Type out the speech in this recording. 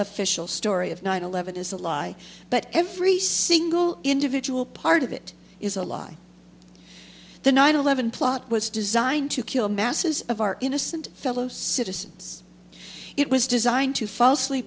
official story of nine eleven is a lie but every single individual part of it is a lie the nine eleven plot was designed to kill masses of our innocent fellow citizens it was designed to falsely